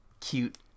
cute